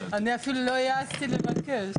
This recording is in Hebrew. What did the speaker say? אני אפילו לא העזתי לבקש.